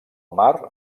mar